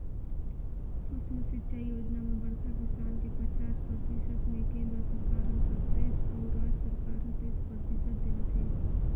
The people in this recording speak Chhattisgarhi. सुक्ष्म सिंचई योजना म बड़खा किसान के पचास परतिसत मे केन्द्र सरकार हर सत्तइस अउ राज सरकार हर तेइस परतिसत देहत है